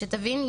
שתבין,